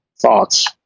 thoughts